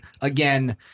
again